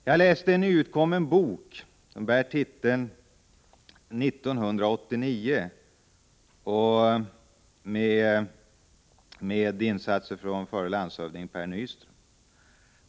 Jag har läst en nyutkommen bok som bär titeln 1989, med bidrag av förre landshövdingen Per Nyström.